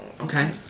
okay